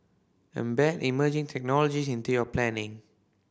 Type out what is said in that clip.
embed emerging technology into your planning